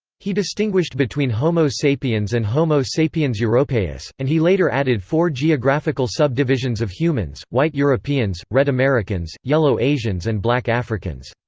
he distinguished between homo sapiens and homo sapiens europaeus, and he later added four geographical subdivisions of humans white europeans, red americans, yellow asians and black africans.